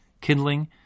kindling